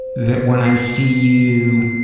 that when i see you